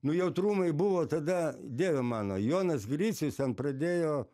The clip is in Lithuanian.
nu jautrumai buvo tada dieve mano jonas gricius ten pradėjo